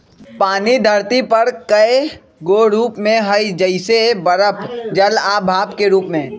पानी धरती पर कए गो रूप में हई जइसे बरफ जल आ भाप के रूप में